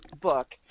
book